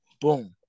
boom